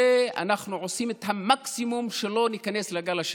ואנחנו עושים את המקסימום שלא ניכנס לגל השני.